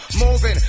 moving